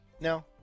No